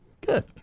Good